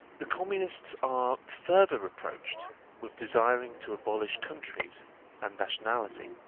the communists are further reproached with desiring to abolish countries and nationality.